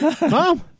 Mom